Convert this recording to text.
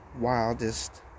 wildest